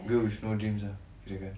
girl with no dreams ah kirakan